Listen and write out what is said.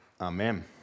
Amen